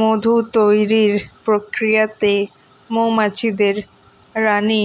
মধু তৈরির প্রক্রিয়াতে মৌমাছিদের রানী